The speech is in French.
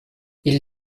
ils